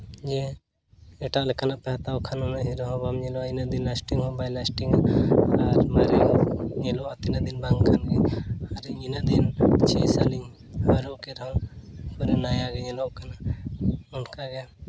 ᱡᱮ ᱮᱴᱟᱜ ᱞᱮᱠᱟᱱᱜ ᱯᱮ ᱦᱟᱛᱟᱣ ᱠᱷᱟᱱ ᱩᱱᱟᱹᱜ ᱦᱤᱨᱳ ᱦᱚᱸ ᱵᱟᱢ ᱧᱮᱞᱚᱜᱼᱟ ᱩᱱᱟᱹᱜ ᱫᱤᱱ ᱞᱟᱥᱴᱤᱝ ᱦᱚᱸ ᱵᱟᱭ ᱞᱟᱥᱴᱤᱝᱼᱟ ᱟᱨ ᱢᱟᱨᱮᱭᱟᱜ ᱧᱮᱞᱚᱜᱼᱟ ᱛᱤᱱᱟᱹᱜ ᱫᱤᱱ ᱵᱟᱫ ᱠᱷᱟᱱᱜᱮ ᱟᱨ ᱤᱧ ᱤᱱᱟᱹᱜ ᱫᱤᱱ ᱪᱷᱚᱭ ᱥᱟᱞ ᱦᱚᱨᱚᱜ ᱠᱮᱫ ᱨᱮᱦᱚᱸ ᱯᱩᱨᱟᱹ ᱱᱟᱭᱟ ᱜᱮ ᱧᱮᱞᱚᱜ ᱠᱟᱱᱟ ᱚᱱᱠᱟ ᱜᱮ